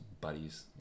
buddies